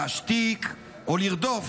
להשתיק או לרדוף?